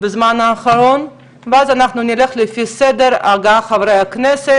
בזמן האחרון ואנחנו נלך לפי סדר ההגעה של חברי כנסת,